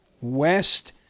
west